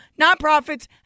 nonprofits